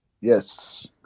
Yes